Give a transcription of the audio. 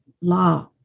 law